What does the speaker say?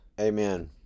Amen